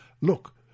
look